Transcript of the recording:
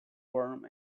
warm